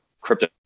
crypto